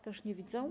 Też nie widzę.